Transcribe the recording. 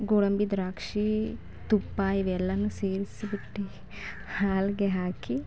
ಗೋಡಂಬಿ ದ್ರಾಕ್ಷಿ ತುಪ್ಪ ಇವೆಲ್ಲವೂ ಸೇರ್ಸಿಬಿಟ್ಟು ಹಾಲಿಗೆ ಹಾಕಿ